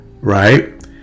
right